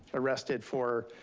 arrested for